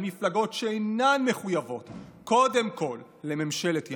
מפלגות שאינן מחויבות קודם כול לממשלת ימין,